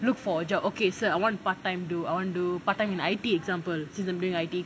look for a job okay so I want part time do I want do part time in I_T example do something in I_T